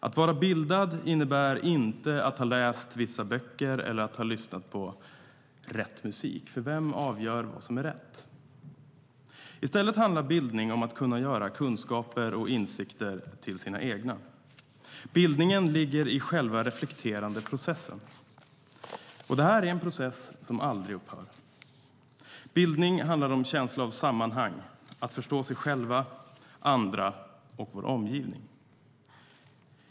Att vara bildad innebär inte att ha läst vissa böcker eller att ha lyssnat på rätt musik, för vem avgör vad som är rätt? I stället handlar bildning om att kunna göra kunskaper och insikter till sina egna. Bildningen ligger i själva den reflekterande processen, och det här är en process som aldrig upphör. Bildning handlar om en känsla av sammanhang, att förstå sig själv, andra och vår omgivning.